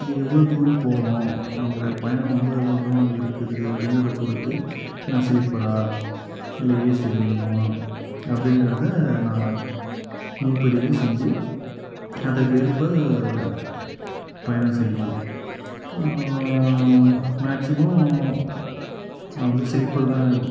எவ்வளோ தூரம் போகிறோம் நம்மளோட பயணம் வந்து எவ்வளோ தூரம் இருக்குது அப்படிங்கிறத பொருத்து என்ன ஸ்லீப்பரா இல்லை ஏசி வேணுமா அப்படிங்கிறத நான் முன்பதிவு செஞ்சு அதற்கேற்ப பயணம் செய்வேன் மேக்ஸிமம் நான் வந்து ஸ்லீப்பர்தான்